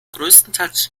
größtenteils